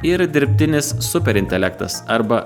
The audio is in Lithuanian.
ir dirbtinis super intelektas arba